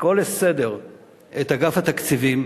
לקרוא לסדר את אגף התקציבים